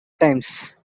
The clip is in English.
times